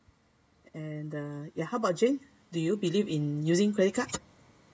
and uh ya how about jane do you believe in using credit card